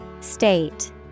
State